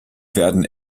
werden